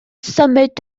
symud